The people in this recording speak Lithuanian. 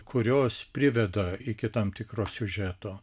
kurios priveda iki tam tikro siužeto